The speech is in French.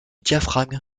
diaphragme